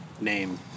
name